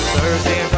Thursday